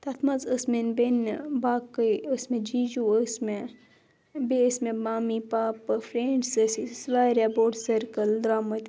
تَتھ منٛز ٲس میٛٲنۍ بیٚنہِ باقٕے ٲس مےٚ جی جوٗ ٲس مےٚ بیٚیہِ ٲسۍ مےٚ مٕمِی پاپہٕ فرٛؠنٛڈٕس ٲسۍ أسۍ ٲسۍ واریاہ بوٚڑ سٔرکٕل درٛامٕتۍ